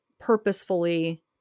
purposefully